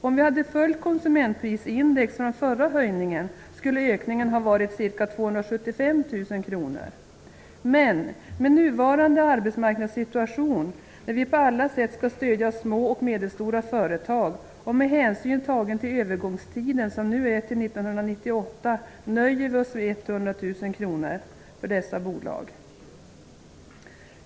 Om vi hade följt konsumentprisindex sedan förra höjningen gjordes, skulle nivån ha varit 275 000 kr. Men med nuvarande arbetsmarknadssituation när vi på alla sätt skall stödja små och medelstora företag, och med hänsyn tagen till övergångstiden, som nu är fram till 1998, nöjer vi oss med 100 000 kr för dessa bolag.